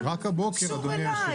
מה זה קשור אליי?